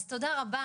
אז תודה רבה,